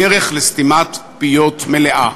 בדרך לסתימת פיות מלאה.